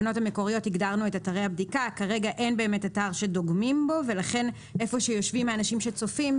התקנות מביאה לנו תקנות שבעצם מה התקנות המוצעות ומה הצורך בהן?